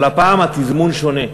אבל הפעם התזמון שונה.